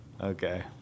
Okay